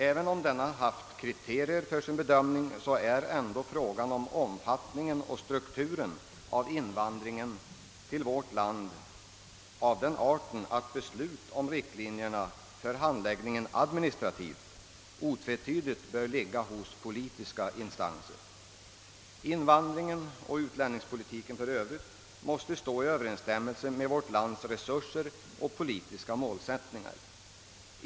även om denna haft kriterier för sin bedömning är ändå frågan om omfattningen och strukturen av invandringen till vårt land av den art att beslut om riktlinjerna för handläggningen administrativt otvetydigt bör ligga hos politiska instanser. Invandringen och utlänningspolitiken för övrigt måste stå i överensstämmelse med vårt lands resurser och politiska målsättningar.